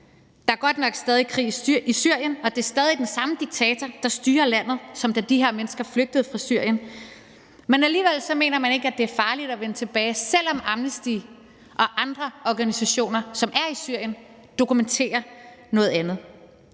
Der er godt nok stadig væk krig i Syrien, og det er stadig den samme diktator, der styrer landet, som da de her mennesker flygtede fra Syrien. Alligevel mener man ikke, at det er farligt at vende tilbage, og heller ikke, selv om Amnesty International og andre organisationer, som er i Syrien, dokumenterer noget andet.